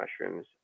mushrooms